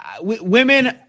women